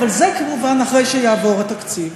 אבל זה כמובן אחרי שיעבור התקציב.